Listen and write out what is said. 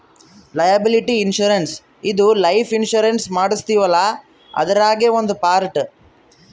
liability insurance ಇದು life insurance ಮಾಡಸ್ತೀವಲ್ಲ ಅದ್ರಾಗೇ ಒಂದ್ ಪಾರ್ಟ್